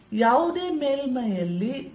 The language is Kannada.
ಯಾವುದೇ ಮೇಲ್ಮೈಯಲ್ಲಿ E